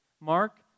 Mark